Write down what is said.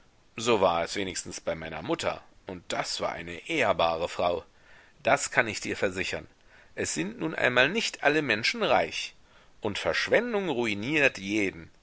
so war es wenigstens bei meiner mutter und das war eine ehrbare frau das kann ich dir versichern es sind nun einmal nicht alle menschen reich und verschwendung ruiniert jeden